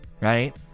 right